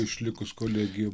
išlikus kolegija